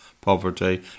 Poverty